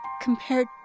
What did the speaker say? Compared